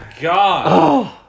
god